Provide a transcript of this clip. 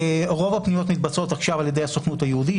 רוב הפניות מתבצעות עכשיו על ידי הסוכנות היהודית,